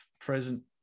present